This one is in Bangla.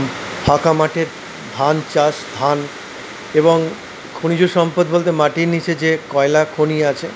ফাঁকা মাঠে ধান চাষ ধান এবং খনিজ সম্পদ বলতে মাটির নিচে যে কয়লা খনি আছে